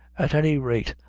at any rate,